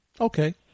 Okay